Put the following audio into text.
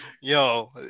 Yo